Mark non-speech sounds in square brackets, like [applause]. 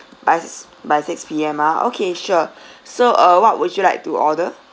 by s~ by six P_M ah okay sure [breath] so uh what would you like to order